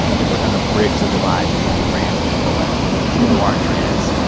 if we're going to bridge the divide between trans people and people who aren't trans,